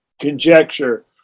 conjecture